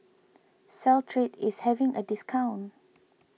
Caltrate is having a discount